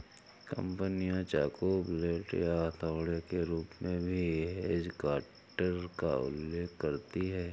कंपनियां चाकू, ब्लेड या हथौड़े के रूप में भी हेज कटर का उल्लेख करती हैं